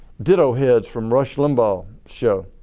diddo heads from rush limbaugh's show.